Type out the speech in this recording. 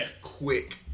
quick